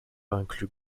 inclut